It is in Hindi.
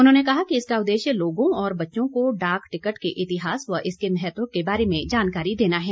उन्होंने कहा कि इसका उद्देश्य लोगों और बच्चों को डाक टिकट के इतिहास व इसके महत्व के बारे में जानकारी देना है